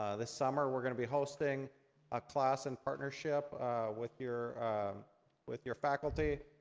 ah this summer, we're gonna be hosting a class in partnership with your with your faculty,